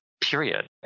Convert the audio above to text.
period